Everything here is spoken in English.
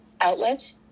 outlet